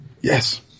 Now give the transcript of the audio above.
Yes